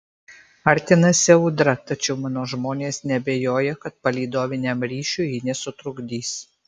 artinasi audra tačiau mano žmonės neabejoja kad palydoviniam ryšiui ji nesutrukdys